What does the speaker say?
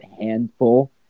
handful